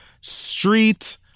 Street